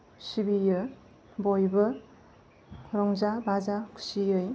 सिबियो बयबो रंजा बाजा खुसियै